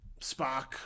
Spock